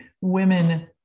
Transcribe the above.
women